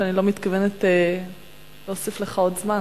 ואני לא מתכוונת להוסיף לך עוד זמן.